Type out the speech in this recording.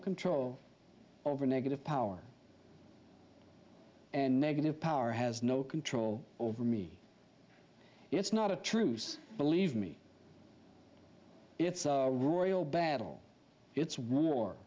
control over negative power and negative power has no control over me it's not a truce believe me it's a royal battle it's